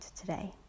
today